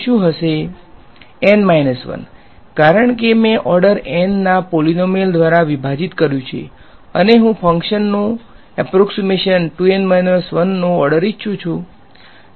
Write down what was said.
N 1 કારણ કે મેં ઓર્ડર N ના પોલીનોમીયલ દ્વારા વિભાજિત કર્યું છે અને હું ફંકશનનો એપોર્ક્ષીમેશન 2N 1 નો ઓર્ડર ઇચ્છું છું